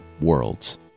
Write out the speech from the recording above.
worlds